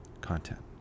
Content